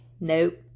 Nope